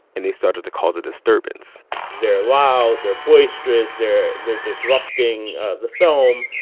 and they started to cause a disturbance they're loud. they're boisterous. they're they're disrupting the film.